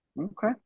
Okay